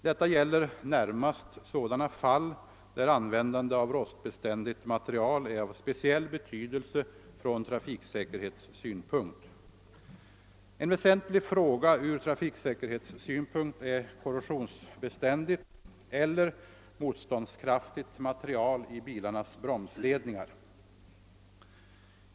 Detta gäller närmast sådana fall där användande av rostbeständigt material är av speciell betydelse från trafiksäkerhetssynpunkt. En väsentlig fråga från trafiksäkerhetssynpunkt är korrosionsbeständigt eller motståndskraftigt material i bilarnas bromsledningar.